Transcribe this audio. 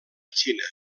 xina